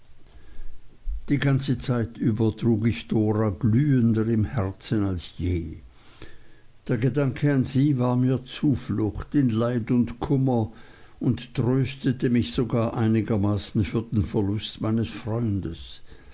die ganze zeit über trug ich dora glühender im herzen als je der gedanke an sie war mir zuflucht in leid und kummer und tröstete mich sogar einigermaßen für den verlust meines freundes